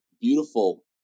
beautiful